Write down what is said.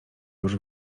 już